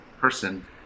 person